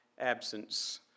absence